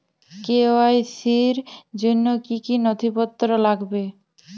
KYC র জন্য কি কি নথিপত্র লাগবে?